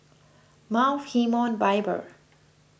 Mount Hermon Bible